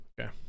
Okay